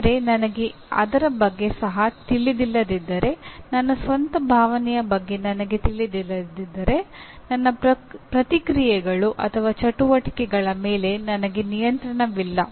ಆದರೆ ನನಗೆ ಅದರ ಬಗ್ಗೆ ಸಹ ತಿಳಿದಿಲ್ಲದಿದ್ದರೆ ನನ್ನ ಸ್ವಂತ ಭಾವನೆಯ ಬಗ್ಗೆ ನನಗೆ ತಿಳಿದಿಲ್ಲದಿದ್ದರೆ ನನ್ನ ಪ್ರತಿಕ್ರಿಯೆಗಳು ಅಥವಾ ಚಟುವಟಿಕೆಗಳ ಮೇಲೆ ನನಗೆ ನಿಯಂತ್ರಣವಿಲ್ಲ